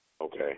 Okay